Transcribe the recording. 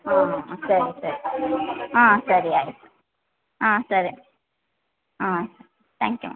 ಹಾಂ ಸರಿ ಸರಿ ಹಾಂ ಸರಿ ಆಯಿತು ಹಾಂ ಸರಿ ಹಾಂ ತ್ಯಾಂಕ್ ಯು